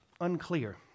unclear